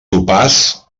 sopars